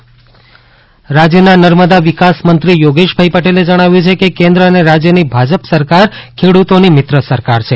નર્મદા રાજ્યમંત્રી રાજ્યના નર્મદા વિકાસ મંત્રી યોગેશભાઈ પટેલે જણાવ્યું છે કે કેન્દ્ર અને રાજ્યની ભાજપ સરકાર ખેડૂતોની મિત્ર સરકાર છે